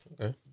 Okay